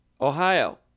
Ohio